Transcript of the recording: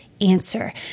answer